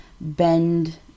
Bend